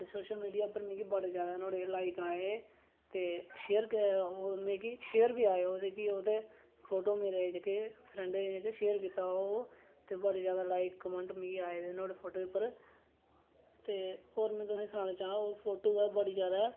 ते social media उप्पर मी बडे़ शारे नुआढ़े लाइक आए ते मिगी शेयर बी आए मिगी ओहदे फोटो मेरे जेह्के फ्रेन्ड़े शेयर कीता जेह्के बडे़ जैदा लाइक कमेंट मी आए दे फोटू उप्पर और में तुसे सनाना चाह्ङ फोटू बड़े जैदा